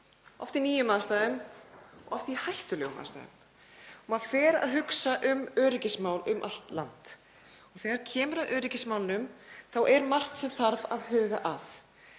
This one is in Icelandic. oft í nýjum aðstæðum, oft í hættulegum aðstæðum og maður fer að hugsa um öryggismál um allt land. Þegar kemur að öryggismálunum er margt sem þarf að huga að;